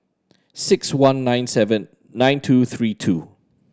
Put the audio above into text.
six one nine seven nine two three two